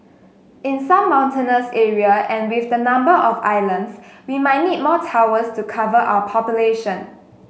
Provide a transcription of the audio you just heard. in some mountainous area and with the number of islands we might need more towers to cover our population